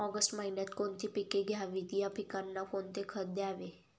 August महिन्यात कोणती पिके घ्यावीत? या पिकांना कोणते खत द्यावे?